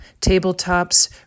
Tabletops